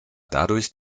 dadurch